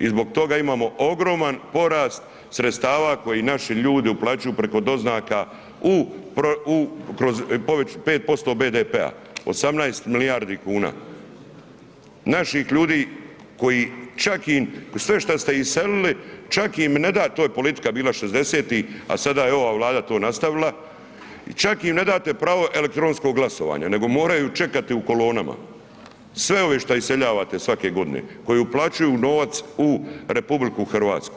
i zbog toga imamo ogroman porast sredstava koje naši ljudi uplaćuju preko doznaka u 5% BDP-a 18 milijardi kuna, naših ljudi koji čak im sve šta ste iselili, čak im ne da to je bila politika šezdesetih, a sada je ova Vlada to nastavila, čak im ne date pravo elektronskog glasovanja nego moraju čekati u kolonama, sve ove šta iseljavate svake godine koji uplaćuju novac u RH.